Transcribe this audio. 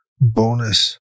bonus